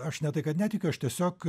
aš ne tai kad netikiu aš tiesiog